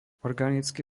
organický